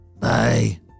Bye